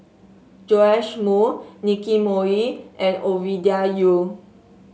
Joash Moo Nicky Moey and Ovidia Yu